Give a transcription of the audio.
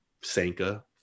sanka